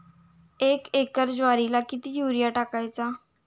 एक एकर ज्वारीला किती युरिया टाकायचा?